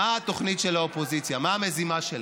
לא ברור לך?